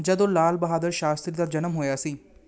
ਜਦੋਂ ਲਾਲ ਬਹਾਦੁਰ ਸ਼ਾਸਤਰੀ ਦਾ ਜਨਮ ਹੋਇਆ ਸੀ